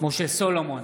משה סולומון,